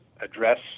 address